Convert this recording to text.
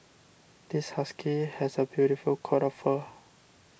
this husky has a beautiful coat of fur